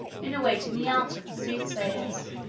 in awaiting the answer of the soothsayers,